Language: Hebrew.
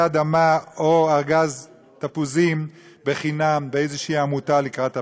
אדמה או ארגז תפוזים בחינם באיזו עמותה לקראת הפסח.